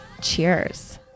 Cheers